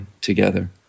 together